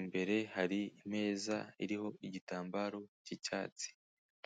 imbere hari imeza iriho igitambaro cy'icyatsi.